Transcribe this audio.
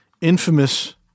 infamous